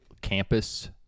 campus